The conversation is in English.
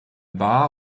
bar